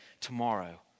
tomorrow